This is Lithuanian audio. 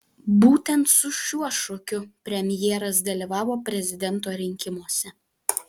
būtent su šiuo šūkiu premjeras dalyvavo prezidento rinkimuose